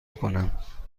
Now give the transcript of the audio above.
کنم